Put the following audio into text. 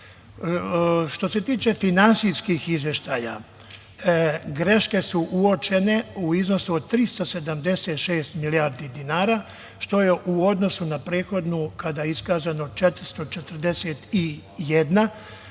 se tiče finansijskih izveštaja, greške su uočene u iznosu od 376 milijardi dinara, što je u odnosu na prethodnu kada je iskazano 441 smanjenje,